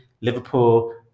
Liverpool